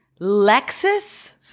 Lexus